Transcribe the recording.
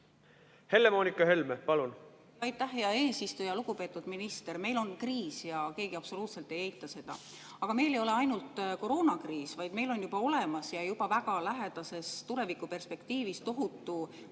Helle-Moonika Helme, palun!